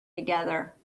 together